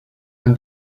and